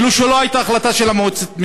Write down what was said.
כאילו שלא הייתה החלטה של מועצת המנהלים.